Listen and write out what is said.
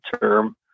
term